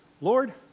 Lord